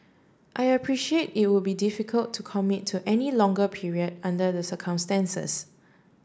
I appreciate it would be difficult to commit to any longer period under the circumstances